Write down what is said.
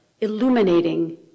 illuminating